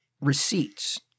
receipts